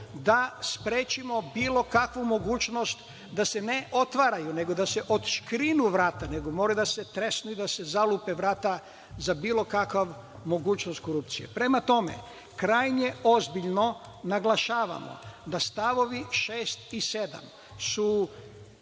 da sprečimo bilo kakvu mogućnost da se ne otvaraju, nego da se otškrinu vrata, nego da se tresnu, da se zalupe vrata za bilo kakvu mogućnost korupcije. Prema tome, krajnje ozbiljno naglašavamo da st. 6. i 7. su,